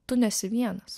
tu nesi vienas